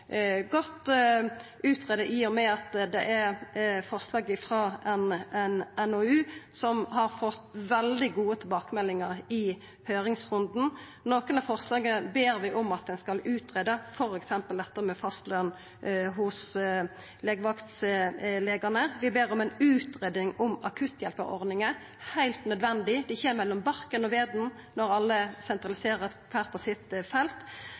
godt greidde ut, i og med at dette er forslag frå ein NOU som har fått veldig gode tilbakemeldingar i høyringsrunden. I forslaga ber vi om at ein skal greia ut f.eks. dette med fastløn for legevaktlegane, og vi ber om ei utgreiing om ordninga med akutthjelparar. Det er heilt nødvendig, for dei kjem mellom barken og veden når alle sentraliserer kvar på sitt felt.